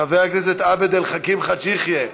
חבר הכנסת עבד אל חכים חאג' יחיא,